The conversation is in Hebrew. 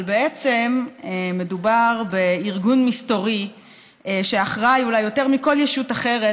אבל בעצם מדובר בארגון מסתורי שאחראי אולי יותר מכל ישות אחרת